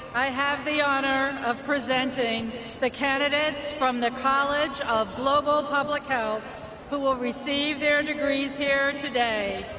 i have the honor of presenting the candidates from the college of global public health who will receive their degrees here today.